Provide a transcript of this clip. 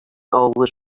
always